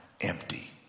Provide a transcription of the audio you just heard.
empty